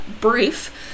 brief